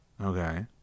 Okay